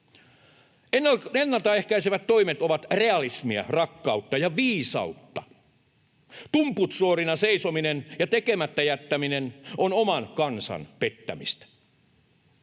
Ennaltaehkäisevät toimet ovat realismia, rakkautta ja viisautta. Tumput suorina seisominen ja tekemättä jättäminen on oman kansan pettämistä.